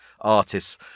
artists